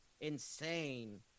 insane